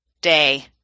day